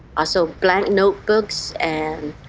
also blank notebooks and